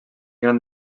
gran